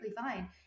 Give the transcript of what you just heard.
fine